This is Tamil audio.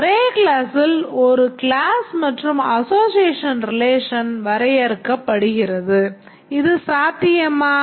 ஒரே க்ளாஸ்ஸில் ஒரு கிளாஸ் மற்றும் அசோஸியேஷன் relation வரையறுக்கப்படுகிறது இது சாத்தியமா